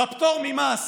בפטור ממס